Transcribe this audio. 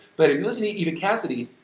but if you listen to eva cassidy,